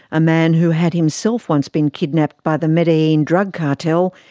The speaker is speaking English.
a man who had himself once been kidnapped by the medellin drug cartel,